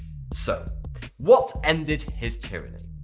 so what ended his tyranny?